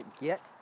get